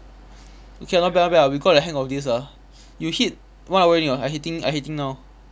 okay lah not bad not bad ah we got the hang of this ah you hit one hour already or not I hitting I hitting now